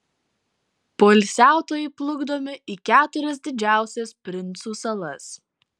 poilsiautojai plukdomi į keturias didžiausias princų salas